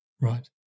Right